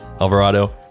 Alvarado